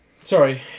Sorry